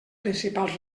principals